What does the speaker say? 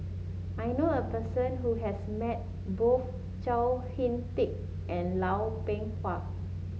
I knew a person who has met both Chao HicK Tin and Lau Chiap Khai